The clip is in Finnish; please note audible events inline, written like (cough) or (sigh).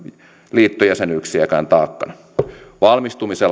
liittojäsenyyksiäkään taakkana valmistuminen (unintelligible)